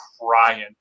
crying